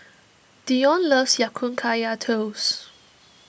Dion loves Ya Kun Kaya Toast